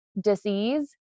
disease